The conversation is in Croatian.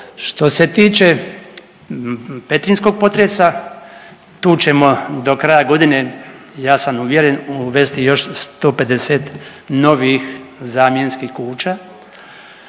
Što se tiče petrinjskog potresa tu ćemo do kraja godine ja sam uvjeren uvesti još 150 novih zamjenskih kuća.